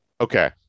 okay